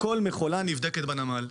כל מכולה נבדקת בנמל.